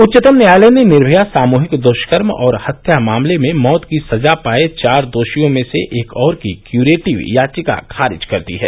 उच्चतम न्यायालय ने निर्भया सामूहिक दुष्कर्म और हत्या मामले में मौत की सजा पाये चार दोषियों में से एक और की क्यूरेटिव याचिका खारिज कर दी है